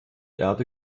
erde